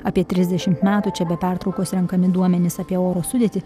apie trisdešimt metų čia be pertraukos renkami duomenys apie oro sudėtį